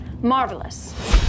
Marvelous